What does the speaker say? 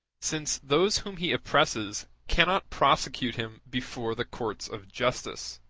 since those whom he oppresses cannot prosecute him before the courts of justice.